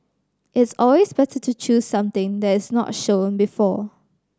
it's always better to choose something that is not shown before